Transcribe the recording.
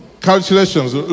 calculations